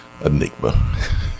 Enigma